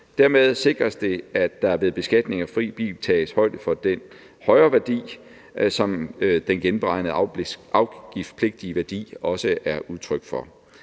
Dermed sikres det, at der ved beskatning af fri bil tages højde for den højere værdi, som den genberegnede afgiftspligtige værdi også er udtryk for.